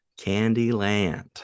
Candyland